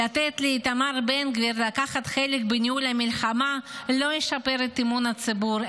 לתת לאיתמר בן גביר לקחת חלק בניהול המלחמה לא ישפר את אמון הציבור,